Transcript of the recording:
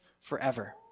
forever